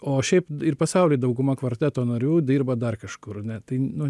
o šiaip pasauly dauguma kvarteto narių dirba dar kažkur ne tai nu